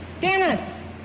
Dennis